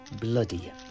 bloody